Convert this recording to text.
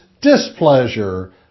displeasure